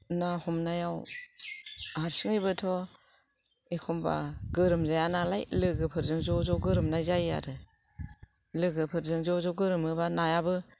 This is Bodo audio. ना हमनायाव हारसिङैबोथ' एखमबा गोरोम जाया नालाय लोगोफोरजों ज' ज' गोरोमनाय जायो आरो लोगोफोरजों ज' ज' गोरोमोबा नायाबो